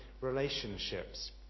relationships